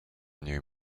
new